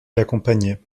l’accompagnait